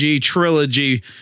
trilogy